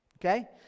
okay